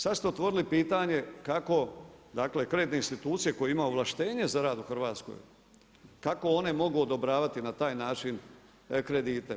Sad ste otvorili pitanje kako, dakle kreditne institucije koje imaju ovlaštenje za rad u Hrvatskoj, kako one mogu odobravati na taj način kredite.